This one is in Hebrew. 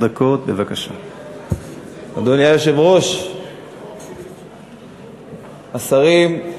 אני קובע שהצעת החוק תועבר להמשך טיפול של ועדת הפנים.